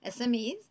SMEs